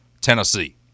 Tennessee